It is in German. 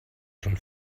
schon